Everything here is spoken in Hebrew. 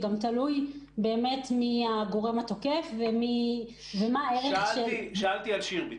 תלוי באמת מי הגורם התוקף --- שאלתי אודות מקרה שירביט.